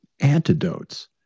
antidotes